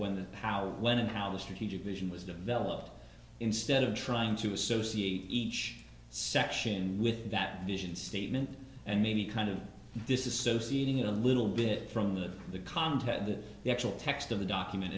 when the power went in how the strategic vision was developed instead of trying to associate each section with that vision statement and maybe kind of this is so seeding a little bit from the content that the actual text of the document